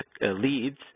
leads